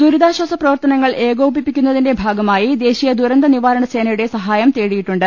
ദുരിതാശ്വാസപ്രവർത്തനങ്ങൾ ഏകോപിപ്പിക്കുന്നതിന്റെ ഭാഗ മായി ദേശീയ ദുരന്തനിവാരണ സേനയുടെ സഹായം തേടിയിട്ടു ണ്ട്